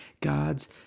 God's